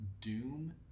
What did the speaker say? doom